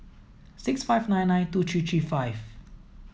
six five nine nine two three three five